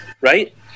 right